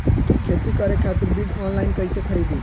खेती करे खातिर बीज ऑनलाइन कइसे खरीदी?